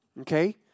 okay